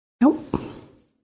Nope